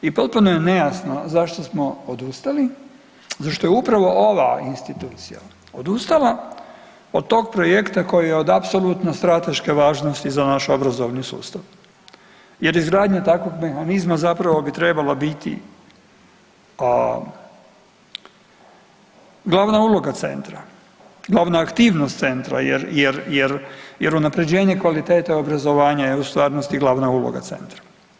I potpuno je nejasno zašto smo odustali, zašto je upravo ova institucija odustala od tog projekta koji je od apsolutno strateške važnosti za naš obrazovni sustav jer izgradnja takvog mehanizma zapravo bi trebala biti glavna uloga centra, glavna aktivnost centra jer, jer, jer, jer unaprjeđenje kvalitete obrazovanja je u stvarnosti glavna uloga centra.